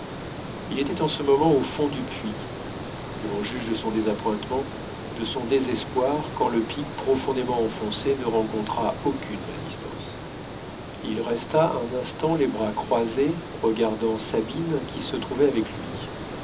il était en ce moment au fond du puits que l'on juge de son désappointement de son désespoir quand le pic profondément enfoncé ne rencontra aucune résistance il resta un instant les bras croisés regardant sabine qui se trouvait avec lui